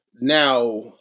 now